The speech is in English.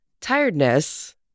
tiredness